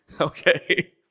okay